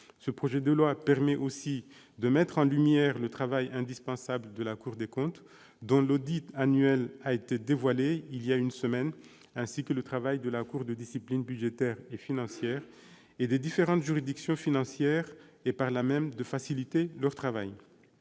Ce projet de loi permet aussi de mettre en lumière le travail indispensable de la Cour des comptes, dont l'audit annuel a été dévoilé il y a une semaine, ainsi que le travail de la Cour de discipline budgétaire et financière et des différentes juridictions financières, et par là même de faciliter leur travail.